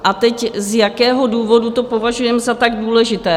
A teď, z jakého důvodu to považujeme za tak důležité?